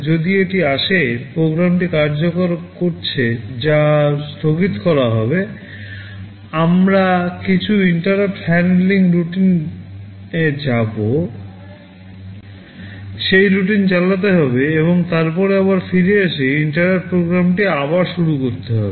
যদি এটি আসে প্রোগ্রামটি কার্যকর করছে যা স্থগিত করা হবে আমাদের কিছু INTERRUPT হ্যান্ডলিং রুটিনে যাবো সেই রুটিন চালাতে হবে এবং তারপরে আবার ফিরে এসে INTERRUPT প্রোগ্রামটি আবার শুরু করতে হবে